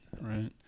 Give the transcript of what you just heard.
Right